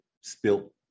spilt